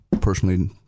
personally